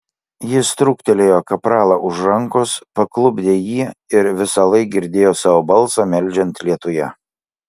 jis trūktelėjo kapralą už rankos paklupdė jį ir visąlaik girdėjo savo balsą meldžiant lietuje